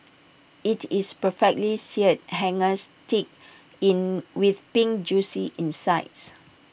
IT is perfectly seared hangers steak in with pink Juicy insides